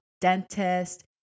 dentist